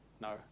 No